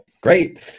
Great